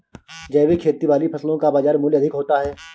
जैविक खेती वाली फसलों का बाज़ार मूल्य अधिक होता है